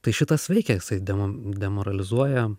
tai šitas veikia jisai demo demoralizuoja